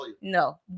No